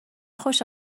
خوش